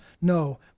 No